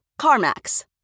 CarMax